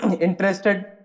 interested